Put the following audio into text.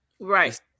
Right